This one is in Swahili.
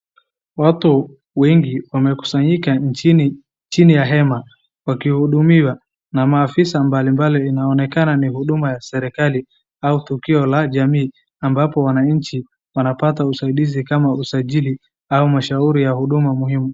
Watu wengi wamekusanyika chini ya hema wakihudumiwa na maafisa mbalimbali inaonekana ni huduma ya serikali au tukio la jamii ambapo wananchi wanapata usaidizi kama usajili ama mashaauri ya huduma muhimu.